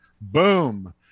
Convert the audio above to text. boom